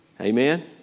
Amen